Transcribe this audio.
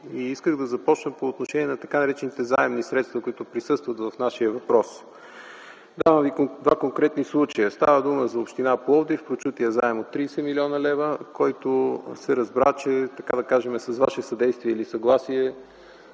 Исках да започна по отношение на така наречените заемни средства, които присъстват в нашия въпрос. Давам Ви два конкретни случая – става дума за община Пловдив, прочутия заем от 30 млн. лв. Разбра се, така да кажем, че с Ваше съдействие или съгласие